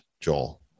Joel